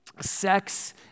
sex